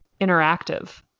interactive